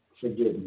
forgiveness